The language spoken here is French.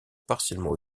partiellement